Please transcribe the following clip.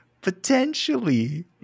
potentially